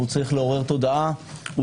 לעורר תודעה,